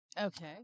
Okay